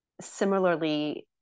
similarly